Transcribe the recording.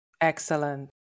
Excellent